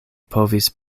povis